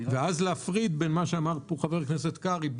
ואז להפריד בין מה שאמר פה חבר הכנסת קרעי,